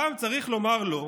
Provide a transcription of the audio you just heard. הפעם צריך לומר לא,